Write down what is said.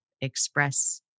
express